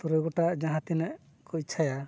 ᱛᱩᱨᱩᱭ ᱜᱚᱴᱟᱱ ᱡᱟᱦᱟᱸ ᱛᱤᱱᱟᱹᱜ ᱠᱚ ᱤᱪᱷᱟᱹᱭᱟ